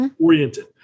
oriented